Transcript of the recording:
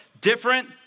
different